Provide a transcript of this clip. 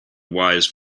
wise